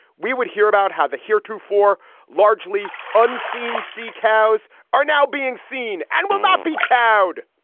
we would hear about how the heretofore largely unseen sea cows are now being seen and will not be cowed